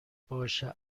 باشه